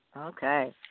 Okay